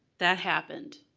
that happened.